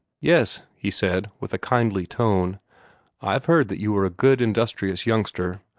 yes, he said, with a kindly tone i've heard that you are a good, industrious youngster.